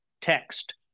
text